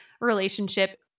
relationship